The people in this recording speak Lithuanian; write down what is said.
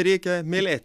reikia mylėti